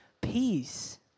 peace